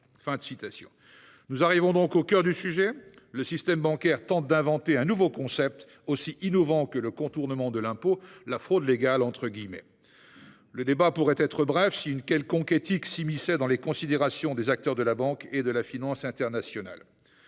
Nous arrivons au coeur du sujet : le système bancaire tente d'inventer un nouveau concept, aussi innovant que le contournement de l'impôt : la fraude légale ! Le débat pourrait être bref si une quelconque éthique s'immisçait dans les considérations des acteurs de la banque et de la finance internationale.